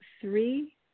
three